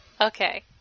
Okay